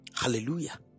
Hallelujah